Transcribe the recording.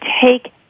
take